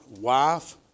wife